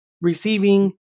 receiving